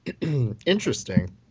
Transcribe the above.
interesting